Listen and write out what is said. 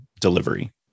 delivery